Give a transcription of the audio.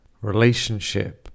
relationship